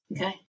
okay